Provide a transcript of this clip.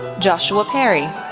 joshua perry,